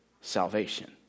salvation